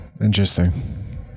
Interesting